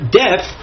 death